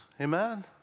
Amen